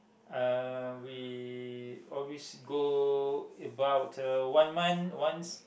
uh we always go about one month once